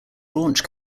launch